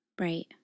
Right